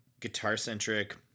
guitar-centric